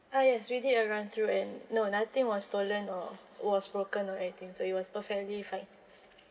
uh yes we did a run through and no nothing was stolen or was broken or anything so it was perfectly fine